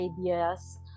ideas